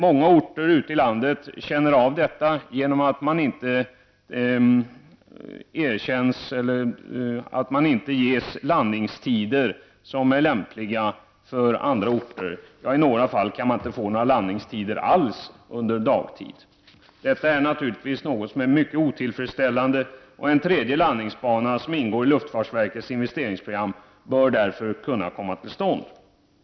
Många orter ute i landet känner av detta genom att det är svårt att få lämpliga landningstider, och i några fall kan man inte få några landningstider alls under dagtid. Detta är naturligtvis mycket otillfredsställande. En tredje landningsbana, som ingår i luftfartsverkets investeringsprogram, bör därför kunna komma till stånd.